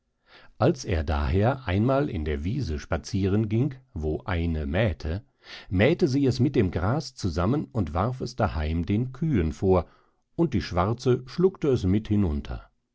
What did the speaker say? als er daher einmal in der wiese spazieren ging wo eine mähte mähte sie es mit dem gras zusammen und warf es daheim den kühen vor und die schwarze schluckte es mit hinunter